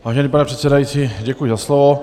Vážený pane předsedající, děkuji za slovo.